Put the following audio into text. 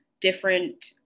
different